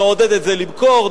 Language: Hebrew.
נעודד את זה למכור,